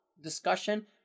discussion